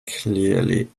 clearly